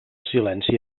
silenci